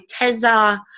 Teza